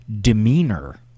demeanor